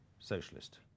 Socialist